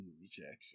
rejection